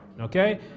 okay